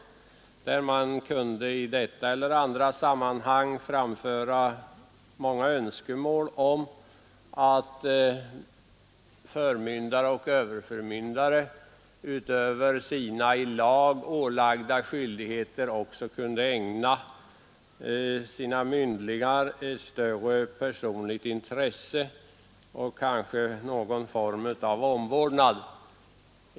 Både i samband med den frågan och i andra sammanhang kan man framföra många önskemål om att förmyndare och överförmyndare utöver sina i lag stadgade skyldigheter också kunde ägna sina myndlingar större personligt intresse och kanske också någon form av omvårdnad.